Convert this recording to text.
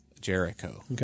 Jericho